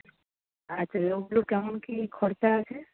আচ্ছা ওগুলো কেমন কি খরচা আছে